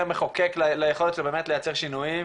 המחוקק ליכולת שלו באמת לייצר שינויים,